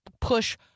push